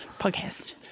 podcast